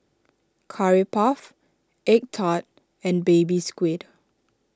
Curry Puff Egg Tart and Baby Squid